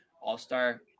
all-star